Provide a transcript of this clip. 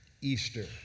Easter